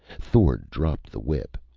thord dropped the whip.